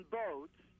boats